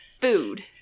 food